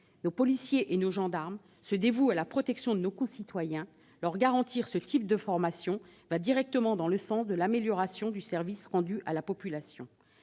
Nos policiers et nos gendarmes se dévouent pour protéger nos concitoyens. Leur apporter ce type de formation va directement dans le sens de l'amélioration du service rendu à la population.